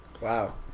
wow